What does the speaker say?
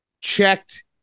checked